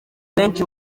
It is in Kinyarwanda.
benshi